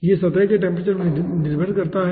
यह सतह के टेम्परेचर पर निर्भर करता है